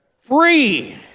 free